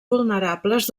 vulnerables